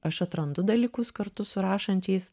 aš atrandu dalykus kartu su rašančiais